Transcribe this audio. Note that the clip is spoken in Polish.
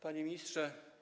Panie Ministrze!